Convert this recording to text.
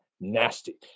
nasty